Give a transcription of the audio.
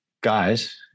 guys